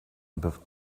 above